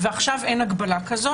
ועכשיו אין הגבלה כזאת.